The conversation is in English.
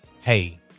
hey